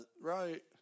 right